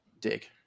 Dig